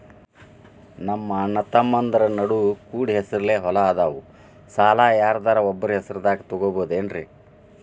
ನಮ್ಮಅಣ್ಣತಮ್ಮಂದ್ರ ನಡು ಕೂಡಿ ಹೆಸರಲೆ ಹೊಲಾ ಅದಾವು, ಸಾಲ ಯಾರ್ದರ ಒಬ್ಬರ ಹೆಸರದಾಗ ತಗೋಬೋದೇನ್ರಿ?